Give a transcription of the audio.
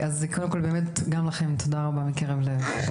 גם לכם תודה רבה מקרב לב.